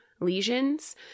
lesions